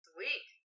Sweet